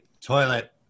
toilet